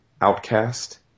Outcast